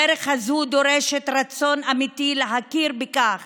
הדרך הזו דורשת רצון אמיתי להכיר בכך